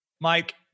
Mike